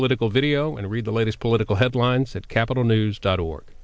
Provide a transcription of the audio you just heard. political video and read the latest political headlines at capital news dot org